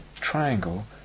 triangle